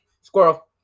Squirrel